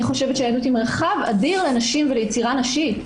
אני חושבת שהיהדות היא מרחב אדיר לנשים וליצירה נשית.